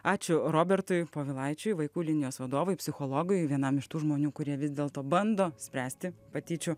ačiū robertui povilaičiui vaikų linijos vadovui psichologui vienam iš tų žmonių kurie vis dėlto bando spręsti patyčių